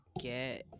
get